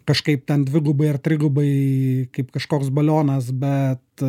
kažkaip ten dvigubai ar trigubai kaip kažkoks balionas bet